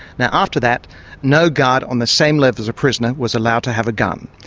now after that no guard on the same level as a prisoner was allowed to have a gun.